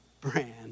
brand